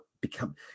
become